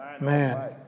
Man